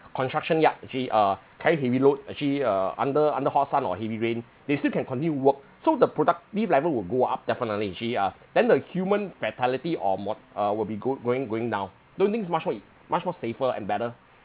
construction yard actually uh carry heavy load actually uh under under hot sun or heavy rain they still can continue work so the productivity level will go up definitely actually uh then the human fatality or mor~ uh will be go going going down don't you think it's much more ea~ much more safer and better